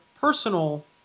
personal